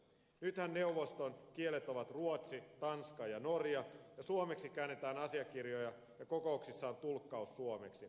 nythän neuvoston kielet ovat ruotsi tanska ja norja ja suomeksi käännetään asiakirjoja ja kokouksissa on tulk kaus suomeksi